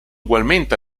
ugualmente